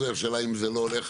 השאלה אם זה לא הולך,